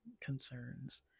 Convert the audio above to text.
concerns